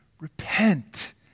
Repent